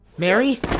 Mary